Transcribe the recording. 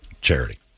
charity